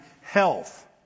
health